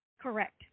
Correct